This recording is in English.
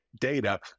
data